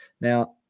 Now